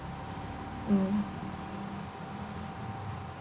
mm